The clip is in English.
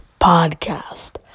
podcast